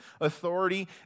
authority